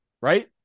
right